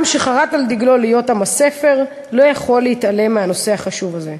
עם שחרת על דגלו להיות עם הספר לא יכול להתעלם מהנושא החשוב הזה.